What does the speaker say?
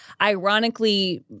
ironically